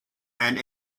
and